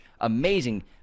amazing